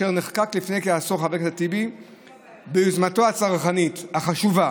אשר נחקק לפני כעשור ביוזמתו הצרכנית החשובה